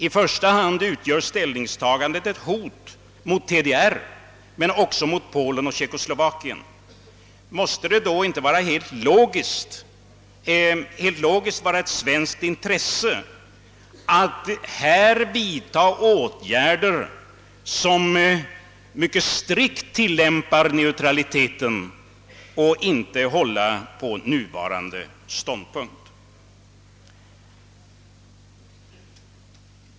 I första hand utgör Västtysklands hållning ett hot mot TDR, men också mot Polen och Tjeckoslovakien. Måste det då inte, rent logiskt bedömt, vara ett svenskt intresse att vidta åtgärder som mycket strikt tillämpar neutraliteten och att inte fasthålla vid nuvarande ståndpunkt?